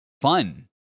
fun